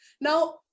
Now